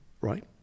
right